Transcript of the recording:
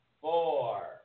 Four